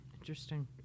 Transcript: Interesting